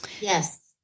Yes